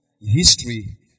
history